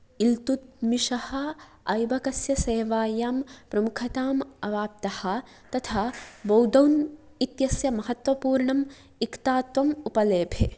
इल्तुत्मिशः अल्बकस्य सेवायां प्रमुखतां अवाप्तः तथा बोदौन् इत्यस्य महत्त्वपूर्णं इक्ता त्वं उपलेभे